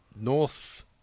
North